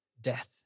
death